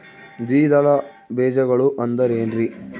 ದ್ವಿದಳ ಬೇಜಗಳು ಅಂದರೇನ್ರಿ?